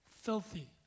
filthy